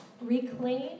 reclaim